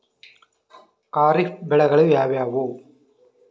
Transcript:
ಖಾರಿಫ್ ಬೆಳೆಗಳು ಯಾವುವು?